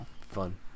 fun